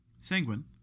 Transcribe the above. Sanguine